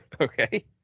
Okay